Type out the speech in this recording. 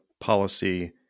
policy